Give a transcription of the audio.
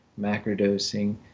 macrodosing